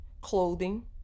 clothing